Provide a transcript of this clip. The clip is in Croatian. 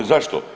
Zašto?